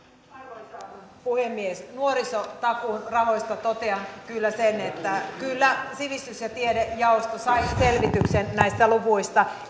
arvoisa puhemies nuorisotakuurahoista totean kyllä sen että kyllä sivistys ja tiedejaosto sai selvityksen näistä luvuista